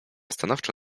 stanowczo